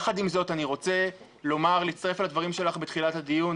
יחד עם זאת אני רוצה להצטרף לדברים שלך בתחילת הדיון,